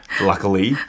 luckily